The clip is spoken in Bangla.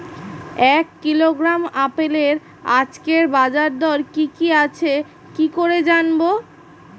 এক কিলোগ্রাম আপেলের আজকের বাজার দর কি কি আছে কি করে জানবো?